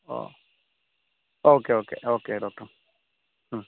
ഓ okay okay okay doctor മ്